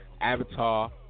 Avatar